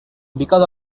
because